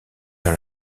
dans